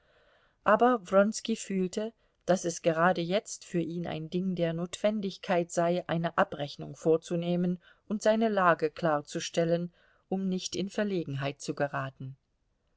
aber wronski fühlte daß es gerade jetzt für ihn ein ding der notwendigkeit sei eine abrechnung vorzunehmen und seine lage klarzustellen um nicht in verlegenheit zu geraten